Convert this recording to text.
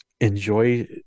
enjoy